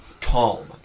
calm